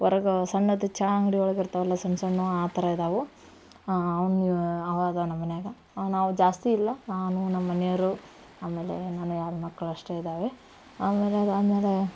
ಹೊರಗ ಸಣ್ಣದು ಚಹಾ ಅಂಗಡಿ ಒಳಗೆ ಇರ್ತಾವಲ್ವ ಸಣ್ಣ ಸಣ್ಣವು ಆ ಥರ ಇದಾವೆ ಅವು ಅವು ಇದೆ ನಮ್ಮ ಮನ್ಯಾಗೆ ಅವು ನಾವು ಜಾಸ್ತಿ ಇಲ್ಲ ನಾನು ನಮ್ಮ ಮನೆಯವ್ರು ಆಮೇಲೆ ನನ್ನವು ಎರಡು ಮಕ್ಳು ಅಷ್ಟೇ ಇದ್ದಾವೆ ಆಮೇಲೆ ಅದು ಆದ ಮೇಲೆ